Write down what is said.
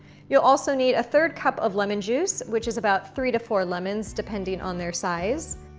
you'll also need a third cup of lemon juice which is about three to four lemons depending on their size.